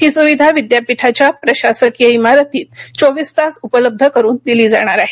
ही सुविधा विद्यापीठाच्या प्रशासकीय इमारतीत चोवीस तास उपलब्ध करून दिली जाणार आहे